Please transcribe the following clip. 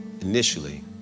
initially